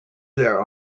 there